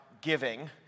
giving